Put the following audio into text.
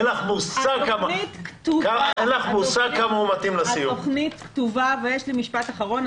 יש לי משפט אחרון.